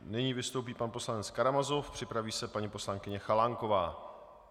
Nyní vystoupí pan poslanec Karamazov, připraví se paní poslankyně Chalánková.